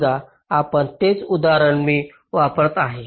समजा म्हणजे तेच उदाहरण मी वापरत आहे